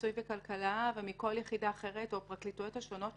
ממיסוי וכלכלה או מכל יחידה אחרת מהפרקליטויות השונות,